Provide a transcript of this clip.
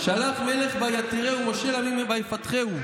שלח מלך ויתירהו מֹשל עמים ויפתחהו.